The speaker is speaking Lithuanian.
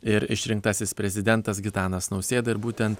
ir išrinktasis prezidentas gitanas nausėda ir būtent